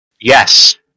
Yes